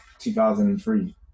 2003